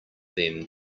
them